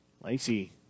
Lacey